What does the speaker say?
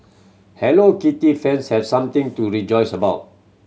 Hello Kitty fans have something to rejoice about